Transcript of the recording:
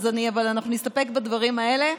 אבל אנחנו נסתפק בדברים האלה,